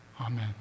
Amen